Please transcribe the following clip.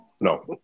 No